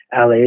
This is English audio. LA